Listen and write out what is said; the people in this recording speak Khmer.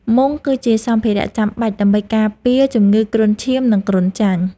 មុងគឺជាសម្ភារចាំបាច់ដើម្បីការពារជំងឺគ្រុនឈាម និងគ្រុនចាញ់។